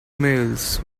mills